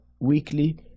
weekly